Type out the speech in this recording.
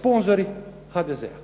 sponzori HDZ-a.